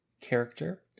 character